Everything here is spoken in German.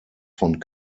von